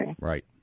Right